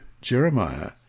Jeremiah